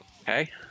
okay